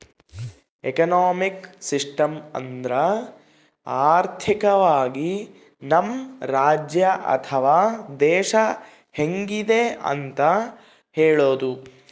economic system ಅಂದ್ರ ಆರ್ಥಿಕವಾಗಿ ನಮ್ ರಾಜ್ಯ ಅಥವಾ ದೇಶ ಹೆಂಗಿದೆ ಅಂತ ಹೇಳೋದು